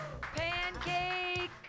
Pancake